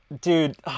dude